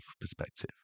perspective